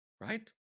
right